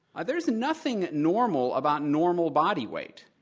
ah there's nothing normal about normal body weight.